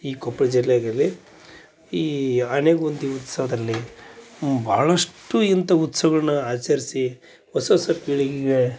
ಈ ಕೊಪ್ಳ ಜಿಲ್ಲೆದಲ್ಲಿ ಈ ಆನೆಗುಂದಿ ಉತ್ಸವದಲ್ಲಿ ಭಾಳಷ್ಟು ಇಂಥ ಉತ್ಸವಗಳ್ನ ಆಚರಿಸಿ ಹೊಸ ಹೊಸ ಪೀಳಿಗೆಗೆ